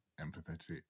empathetic